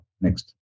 Next